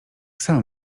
sam